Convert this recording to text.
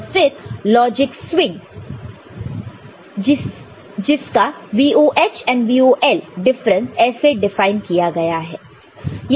और फिर logic swing जिसे का VOH and VOL डिफरेंस ऐसे डिफाइन किया गया है